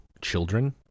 children